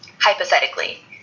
hypothetically